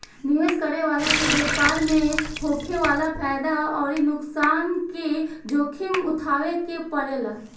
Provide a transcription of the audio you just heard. निवेश करे वाला के व्यापार में होखे वाला फायदा अउरी नुकसान के जोखिम उठावे के पड़ेला